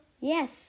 Yes